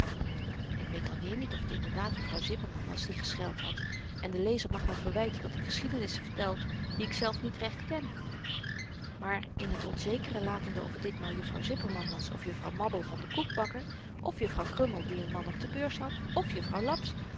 ik weet alweer niet of t inderdaad juffrouw zipperman was die gescheld had en de lezer mag me verwyten dat ik geschiedenissen vertel die ikzelf niet recht ken maar in t onzekere latende of t ditmaal juffrouw zipperman was of juffrouw mabbel van den koekbakker of juffrouw krummel die n man op de beurs had of juffrouw laps